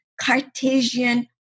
Cartesian